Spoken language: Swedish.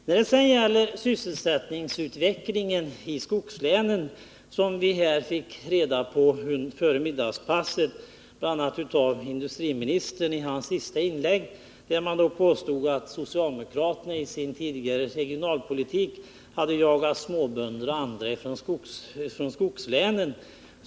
När det sedan gäller sysselsättningsutvecklingen i skogslänen fick vi före middagspasset bl.a. av industriministern i hans sista inlägg reda på att socialdemokraterna i sin tidigare regionalpolitik hade jagat småbönder och andra från skogslänen.